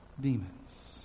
demons